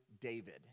David